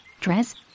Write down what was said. dress